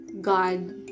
God